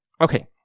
Okay